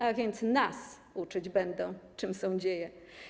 A więc nas uczyć będą - czym są dzieje?